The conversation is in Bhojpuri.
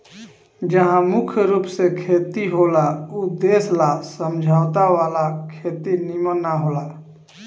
जहा मुख्य रूप से खेती होला ऊ देश ला समझौता वाला खेती निमन न होला